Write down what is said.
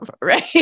right